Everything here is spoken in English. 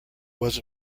was